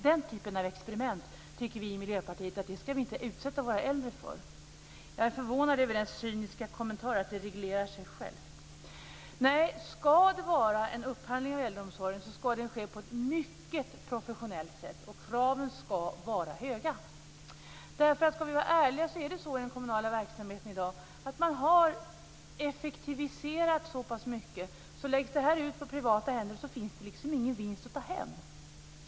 Den typen av experiment tycker vi i Miljöpartiet inte att vi ska utsätta våra äldre för. Jag är förvånad över den cyniska kommentaren att detta reglerar sig självt. Nej, ska det vara en upphandling av äldreomsorgen ska den ske på ett mycket professionellt sätt, och kraven ska vara höga. Ska vi vara ärliga har den kommunala verksamheten i dag effektiviserats så pass mycket att läggs den ut på privata händer finns det liksom ingen vinst att ta hem.